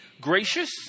gracious